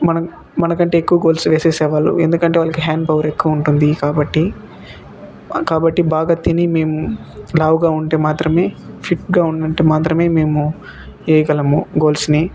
మనం మనకంటే ఎక్కువ గోల్స్ వేసేవాళ్ళు ఎందుకంటే వాళ్ళకి హ్యాండ్ పవర్ ఎక్కువ ఉంటుంది కాబట్టి కాబట్టి బాగా తిని మేము లావుగా ఉంటే మాత్రమే ఫిట్గా ఉన్నంత మాత్రమే మేము వేయగలము గోల్స్ని